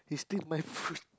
he steal my food